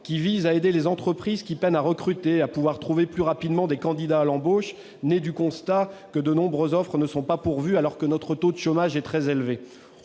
vise à aider les entreprises qui peinent à recruter à trouver plus rapidement leurs candidats à l'embauche. Cette initiative est née du constat que de nombreuses offres ne sont pas pourvues, alors que notre taux de chômage est très élevé.